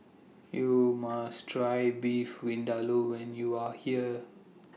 YOU must Try Beef Vindaloo when YOU Are here